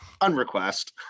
unrequest